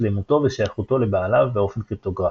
שלמותו ושייכותו לבעליו באופן קריפטוגרפי.